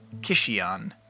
Kishion